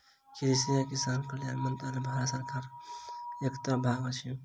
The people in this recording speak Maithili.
कृषि आ किसान कल्याण मंत्रालय भारत सरकारक एकटा भाग अछि